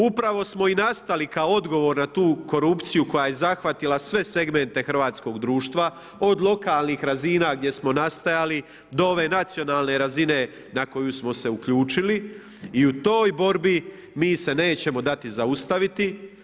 Upravo smo i nastali kao odgovor na tu korupciju koja je zahvatila sve segmente hrvatskog društva od lokalnih razina gdje smo nastajali do ove nacionalne razine na koju smo se uključili i u toj borbi mi se nećemo dati zaustaviti.